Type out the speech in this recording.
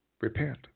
Repent